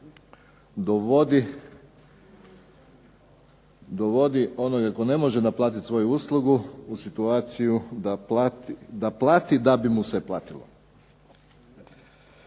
dovodi onoga tko ne može naplatiti svoju uslugu u situaciju da plati da bi mu se platilo.